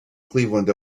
cleveland